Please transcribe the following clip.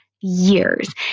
years